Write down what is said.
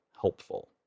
helpful